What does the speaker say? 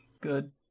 Good